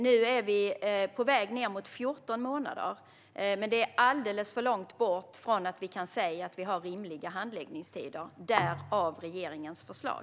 Nu är vi på väg ned mot 14 månader, men det är alldeles för långt från att vi kan säga att vi har rimliga handläggningstider. Det är anledningen till regeringens förslag.